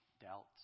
doubts